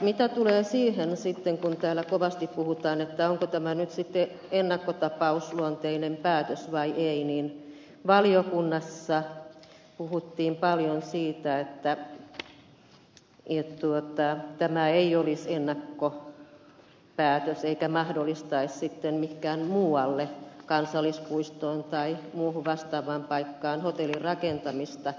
mitä tulee sitten siihen kun täällä kovasti puhutaan että onko tämä nyt sitten ennakkotapausluonteinen päätös vai ei niin valiokunnassa puhuttiin paljon siitä että tämä ei olisi ennakkopäätös eikä mahdollistaisi sitten mihinkään muualle kansallispuistoon tai muuhun vastaavaan paikkaan hotellin rakentamista